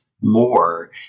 more